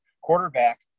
quarterback